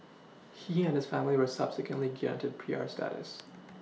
he and family were subsequently granted P R Studies